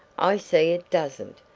i see it doesn't,